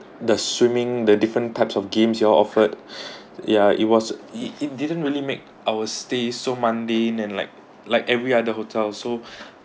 the swimming the different types of games you all offered yeah it was it it didn't really make our stay so mundane and like like every other hotel so